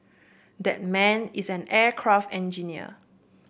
that man is an aircraft engineer